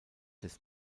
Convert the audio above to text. des